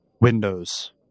windows